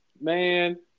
Man